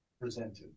presented